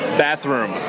bathroom